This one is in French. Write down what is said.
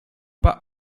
pas